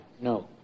No